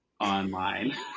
online